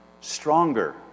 stronger